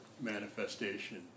manifestation